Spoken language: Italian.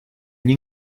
gli